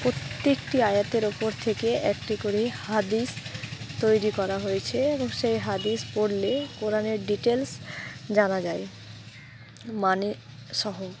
প্রত্যেকটি আয়াতের ওপর থেকে একটি করে হাদিস তৈরি করা হয়েছে এবং সেই হাদিস পড়লে কোরানের ডিটেলস জানা যায় মানে সহ